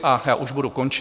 A já už budu končit.